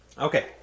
Okay